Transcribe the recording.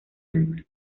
alma